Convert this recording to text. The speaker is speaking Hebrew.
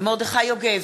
מרדכי יוגב,